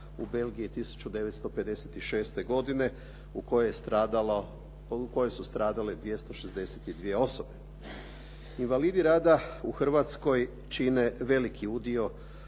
u Belgiji 1956. godine u kojoj su stradale 262 osobe. Invalidi rada u Hrvatskoj čine veliki udio